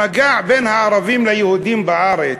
המגע בין הערבים ליהודים בארץ,